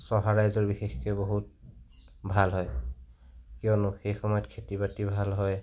চহা ৰাইজৰ বিশেষকৈ বহুত ভাল হয় কিয়নো সেই সময়ত খেতি বাতি ভাল হয়